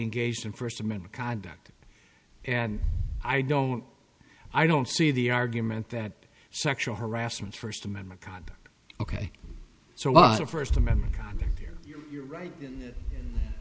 engaged in first amendment conduct and i don't i don't see the argument that sexual harassment first amendment god ok so a lot of first amendment here your right